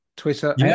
Twitter